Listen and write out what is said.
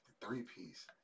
three-piece